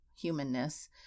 humanness